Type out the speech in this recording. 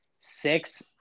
six